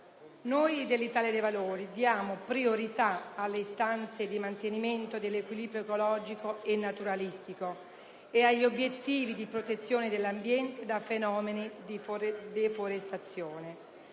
Noi dell'Italia dei Valori diamo un'assoluta priorità alle istanze di mantenimento dell'equilibrio ecologico e naturalistico ed agli obiettivi di protezione dell'ambiente da fenomeni di deforestazione.